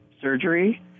surgery